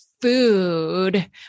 food